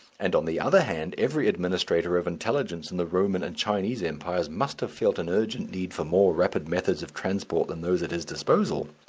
and, on the other hand, every administrator of intelligence in the roman and chinese empires must have felt an urgent need for more rapid methods of transit than those at his disposal.